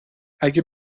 اگه